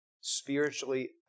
spiritually